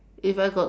if I got